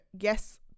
yes